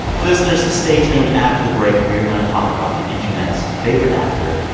listeners, stay tuned. after the break, we are going to talk about the internet's favorite actor,